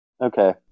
Okay